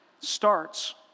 starts